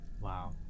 wow